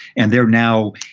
and they're now,